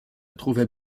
trouvait